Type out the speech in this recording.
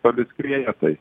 toli skrieja tai